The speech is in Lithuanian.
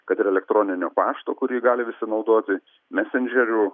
kad ir elektroninio pašto kurį gali visi naudoti mesendžeriu